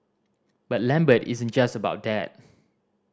but Lambert isn't just about that